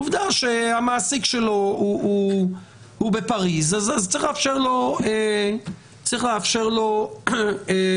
עובדה שהמעסיק שלו בפריז, אז צריך לאפשר לו לצאת.